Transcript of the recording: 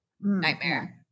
nightmare